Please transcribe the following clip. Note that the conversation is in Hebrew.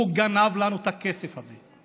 הוא גנב לנו את הכסף הזה.